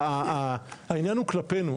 העניין הוא כלפינו.